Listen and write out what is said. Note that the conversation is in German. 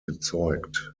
bezeugt